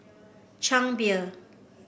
Chang Beer